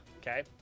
okay